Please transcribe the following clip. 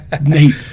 Nate